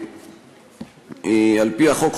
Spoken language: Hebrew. על-פי החוק,